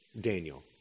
Daniel